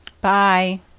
Bye